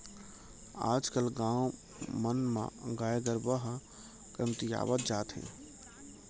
आज कल गाँव मन म गाय गरूवा ह कमतियावत जात हे